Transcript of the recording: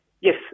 Yes